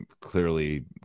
clearly